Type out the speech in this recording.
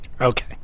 Okay